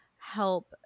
help